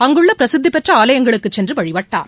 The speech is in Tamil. அங்குள்ள பிரசித்தி பெற்ற ஆலயங்களுக்கு சென்று வழிபட்டார்